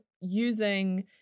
using